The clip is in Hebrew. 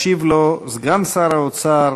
ישיב לו סגן שר האוצר